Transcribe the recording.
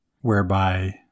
whereby